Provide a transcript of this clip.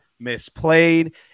misplayed